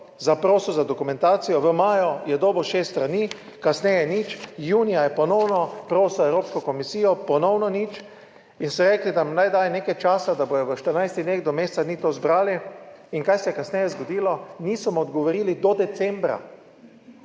zaprosil za dokumentacijo v maju je dobil šest strani, kasneje nič, junija je ponovno prosil Evropsko komisijo, ponovno nič, in so rekli, da mu naj dajo nekaj časa, da bodo v 14 dneh do meseca dni to zbrali. In kaj se je kasneje zgodilo, niso mu odgovorili, do decembra.